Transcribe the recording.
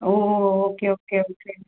O oh oh okay okay okay